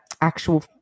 actual